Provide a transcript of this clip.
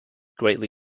greatly